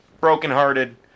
brokenhearted